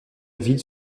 ville